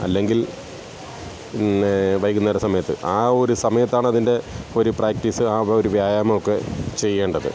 അല്ലെങ്കിൽ പിന്നെ വൈകുന്നേര സമയത്ത് ആ ഒരു സമയത്താണ് അതിൻ്റെ ഒര് പ്രാക്ടീസ് ആ ഒരു വ്യായാമം ഒക്കെ ചെയ്യേണ്ടത്